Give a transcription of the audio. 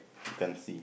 you can't see